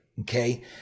Okay